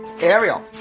Ariel